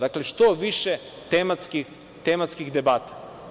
Dakle, što više tematskih debata.